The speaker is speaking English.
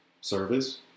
service